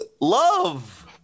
love